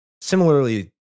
similarly